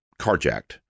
carjacked